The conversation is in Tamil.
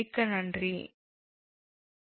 மிக்க நன்றி